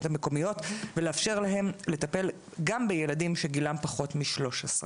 המקומיות ולאפשר להם לטפל גם בילדים שגילם פחות משלוש עשרה.